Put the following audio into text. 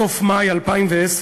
בסוף מאי 2010,